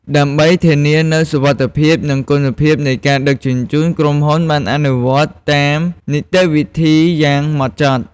ដើម្បីធានានូវសុវត្ថិភាព និងគុណភាពនៃការដឹកជញ្ជូន ក្រុមហ៊ុនបានអនុវត្តន៍តាមនីតិវិធីយ៉ាងម៉ត់ចត់។